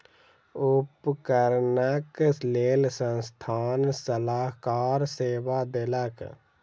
उपकरणक लेल संस्थान सलाहकार सेवा देलक